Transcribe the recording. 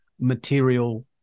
material